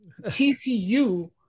TCU